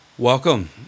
Welcome